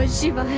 and shiva.